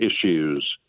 issues